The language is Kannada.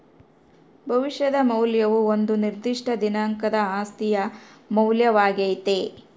ಭವಿಷ್ಯದ ಮೌಲ್ಯವು ಒಂದು ನಿರ್ದಿಷ್ಟ ದಿನಾಂಕದ ಆಸ್ತಿಯ ಮೌಲ್ಯವಾಗ್ಯತೆ